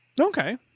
Okay